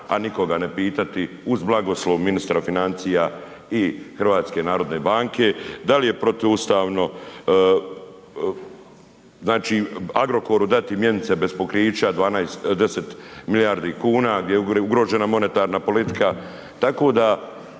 a nikoga ne pitati uz blagoslov ministra financija i HNB-a, da li je protuustavno Agrokoru dati mjenice bez pokrića, 10 milijardi kuna gdje je ugrožena monetarna politika? Tako da